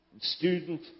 student